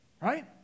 right